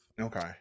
Okay